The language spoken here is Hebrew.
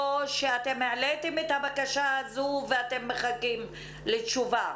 או שהעליתם את הבקשות האלה ואתם מחכים לתשובה?